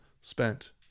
spent